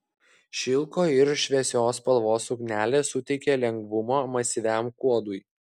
šilko ir šviesios spalvos suknelė suteikia lengvumo masyviam kuodui